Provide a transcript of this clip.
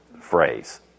phrase